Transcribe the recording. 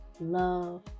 love